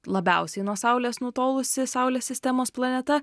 labiausiai nuo saulės nutolusi saulės sistemos planeta